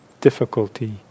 difficulty